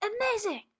amazing